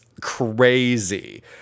crazy